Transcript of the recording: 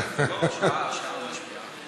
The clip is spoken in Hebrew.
לא חריג ולא מאותה סיעה.